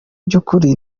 by’ukuri